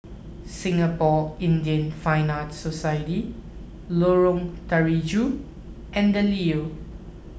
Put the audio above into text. Singapore Indian Fine Arts Society Lorong Terigu and the Leo